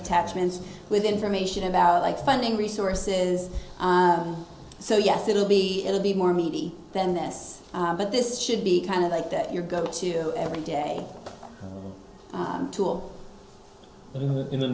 attachments with information about like funding resources so yes it'll be it'll be more meaty than this but this should be kind of like that your go to every day tool in the